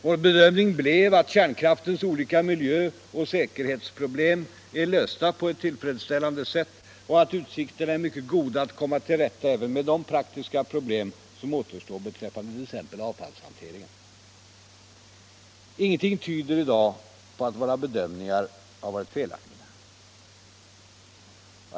Vår bedömning blev att kärnkraftens olika miljöoch säkerhetsproblem är lösta på ett tillfredsställande sätt och att utsikterna är mycket goda att komma till rätta även med de praktiska problem som återstår beträffande t.ex. avfallshanteringen. Ingenting tyder i dag på att våra bedömningar har varit felaktiga.